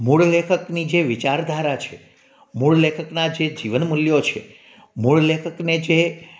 મૂળ લેખકની જે વિચાર ધારા છે મૂળ લેખકના જે જીવન મૂલ્યો છે મૂળ લેખકને જે